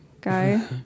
guy